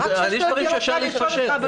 ולגבי השאר מבקשים בקשה מהממשלה,